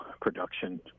production